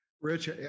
Rich